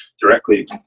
directly